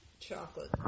Chocolate